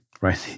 right